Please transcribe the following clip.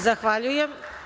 Zahvaljujem.